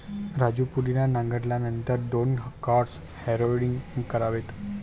राजू पुदिना नांगरल्यानंतर दोन क्रॉस हॅरोइंग करावेत